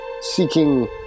seeking